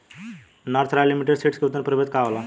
North royal limited seeds के उन्नत प्रभेद का होला?